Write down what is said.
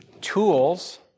Tools